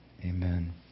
amen